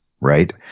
right